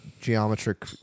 geometric